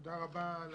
תודה רבה.